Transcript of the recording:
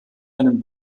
einen